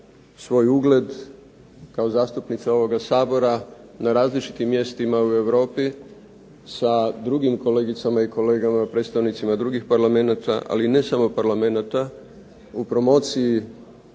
ovoga Sabora na različitim mjestima u Europi sa drugim kolegicama i kolegama drugih parlamenata, ali ne samo parlamenata u promociji